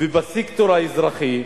ובסקטור האזרחי,